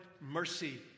mercy